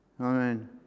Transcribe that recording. Amen